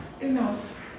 Enough